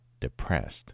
depressed